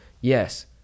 yes